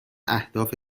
اهداف